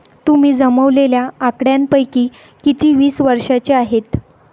तुम्ही जमवलेल्या आकड्यांपैकी किती वीस वर्षांचे आहेत?